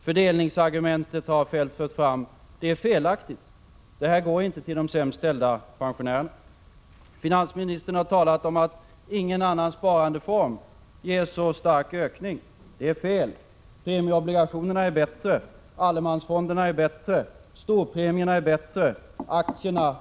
Finansminister Feldt har fört fram fördelningsargumentet, men det är felaktigt. Dessa pengar går inte till de sämst ställda pensionärerna. Finansministern har talat om att ingen annan sparandeform ger så stark värdeökning. Det är fel. Både premieobligationer, allemansfonder, storpremier och aktier ger mera.